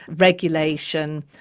regulation,